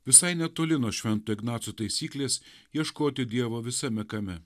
visai netoli nuo švento ignaco taisyklės ieškoti dievo visame kame